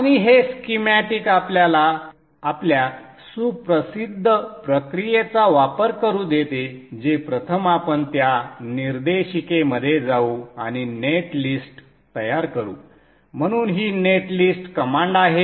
आणि हे स्कीमॅटिक आपल्याला आपल्या सुप्रसिद्ध प्रक्रियेचा वापर करू देते जे प्रथम आपण त्या निर्देशिकेमध्ये जाऊ आणि नेट लिस्ट तयार करू म्हणून ही net list कमांड आहे